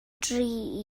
dri